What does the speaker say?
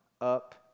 up